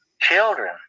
children